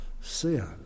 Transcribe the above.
sin